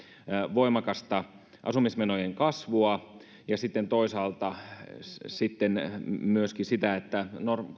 voimakasta asumismenojen kasvua ja sitten toisaalta myöskin sitä että